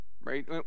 Right